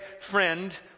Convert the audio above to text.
friend